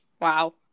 wow